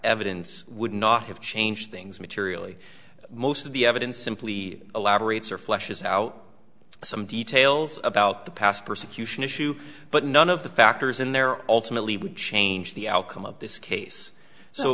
evidence would not have changed things materially most of the evidence simply elaborates or flushes out some details about the past persecution issue but none of the factors in there alternately would change the outcome of this case so